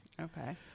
Okay